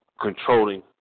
controlling